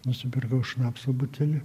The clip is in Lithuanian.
nusipirkau šnapso butelį